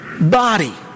body